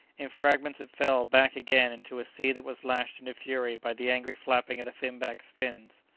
in fragments it fell back again into a sea that was lashed into fury by the angry flapping of the finback's fins.